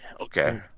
okay